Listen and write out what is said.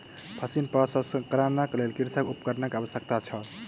फसिल प्रसंस्करणक लेल कृषक के उपकरणक आवश्यकता छल